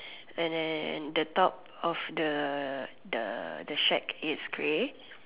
and then the top of the the the shack is grey